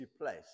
place